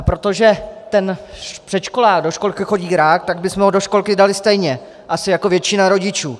Protože ten předškolák do školky chodí rád, tak bychom ho do školky dali stejně, asi jako většina rodičů.